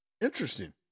Interesting